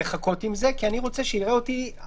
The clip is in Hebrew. לחכות עם זה כי הוא רוצה שייראה אותו בעיניים.